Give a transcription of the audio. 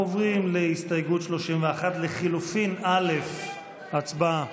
עוברים להסתייגות 31 לחלופין א' הצבעה.